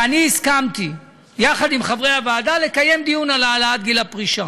ואני הסכמתי יחד עם חברי הוועדה לקיים דיון על העלאת גיל הפרישה.